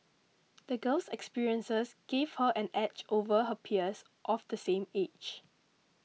the girl's experiences gave her an edge over her peers of the same age